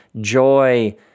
joy